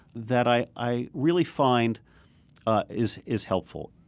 that i i really find is is helpful